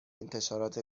انتشارات